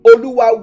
Oluwa